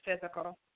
physical